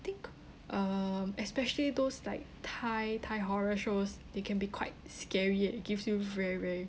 think um especially those like thai thai horror shows they can be quite scary eh it gives you very very